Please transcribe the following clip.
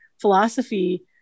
philosophy